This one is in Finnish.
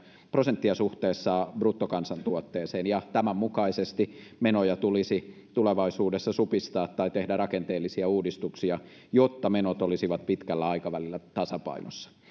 prosenttia suhteessa bruttokansantuotteeseen ja tämän mukaisesti menoja tulisi tulevaisuudessa supistaa tai tehdä rakenteellisia uudistuksia jotta menot olisivat pitkällä aikavälillä tasapainossa